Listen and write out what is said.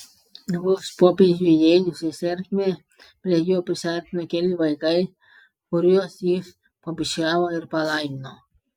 vos popiežiui įėjus į cerkvę prie jo prisiartino keli vaikai kuriuos jis pabučiavo ir palaimino